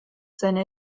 seine